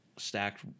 Stacked